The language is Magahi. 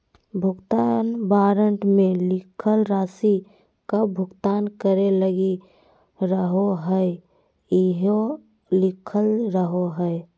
भुगतान वारन्ट मे लिखल राशि कब भुगतान करे लगी रहोहाई इहो लिखल रहो हय